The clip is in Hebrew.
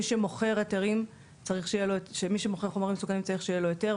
מי שמוכר חומרים מסוכנים צריך שיהיה לו היתר,